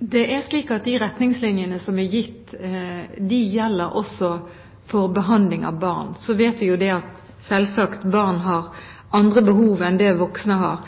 De retningslinjene som er gitt, gjelder også for behandling for barn. Så vet vi selvsagt at barn har andre behov enn det voksne har,